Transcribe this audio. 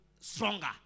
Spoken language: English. stronger